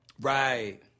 Right